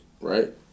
right